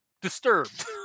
disturbed